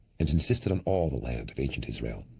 and insisted on all the land of ancient israel.